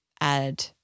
add